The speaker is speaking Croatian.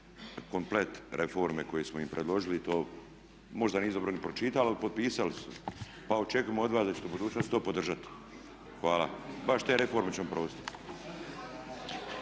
komplet reforme koje smo im predložili to možda nisu dobro ni pročitali, ali potpisali su, pa očekujemo od vas da ćete u budućnosti to podržati. Hvala. Baš te reforme ćemo provesti.